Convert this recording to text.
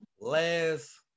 last